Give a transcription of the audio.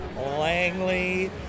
Langley